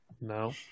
No